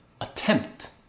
attempt